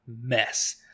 mess